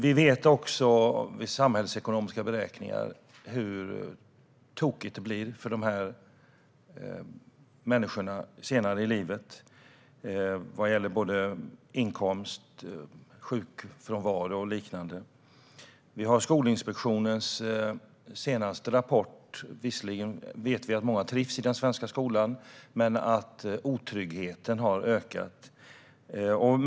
Vi vet, utifrån samhällsekonomiska beräkningar, hur tokigt det kan bli för dem senare i livet vad gäller såväl inkomst som sjukfrånvaro och liknande. Utifrån Skolinspektionens senaste rapport vet vi att många visserligen trivs i den svenska skolan men också att otryggheten har ökat.